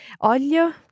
Olio